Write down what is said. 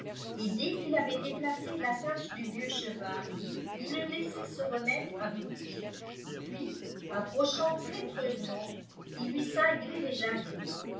et dès qu'il avait déplacé l'attache du vieux cheval il le laissait se remettre à brouter puis approchant traîtreusement il lui cinglait les jarrets